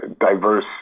diverse